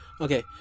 Okay